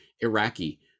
Iraqi